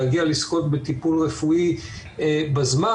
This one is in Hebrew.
להגיע לזכות בטיפול רפואי בזמן,